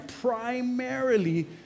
primarily